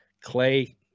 Clay